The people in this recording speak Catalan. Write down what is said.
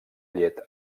llet